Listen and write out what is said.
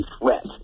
threat